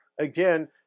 again